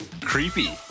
creepy